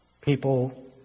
people